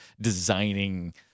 designing